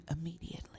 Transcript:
immediately